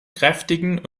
kräftigen